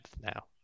now